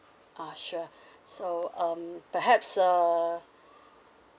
oh sure so um perhaps uh